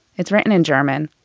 it's written in german,